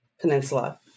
Peninsula